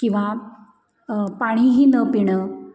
किंवा पाणीही न पिणं